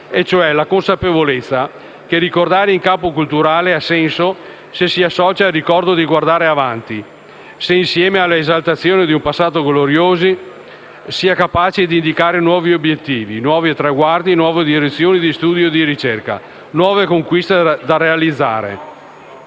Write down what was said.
e cioè la consapevolezza che ricordare in campo culturale ha senso se al ricordo si associa il guardare avanti; se, insieme alla esaltazione di un passato glorioso, si è capaci di indicare nuovi obiettivi, nuovi traguardi, nuove direzioni di studio e di ricerca, nuove conquiste da realizzare.